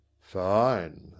fine